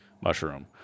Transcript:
mushroom